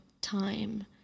time